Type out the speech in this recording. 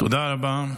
תודה רבה.